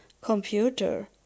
computer